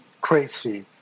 crazy